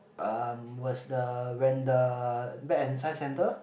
um was the when the back in science centre